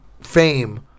fame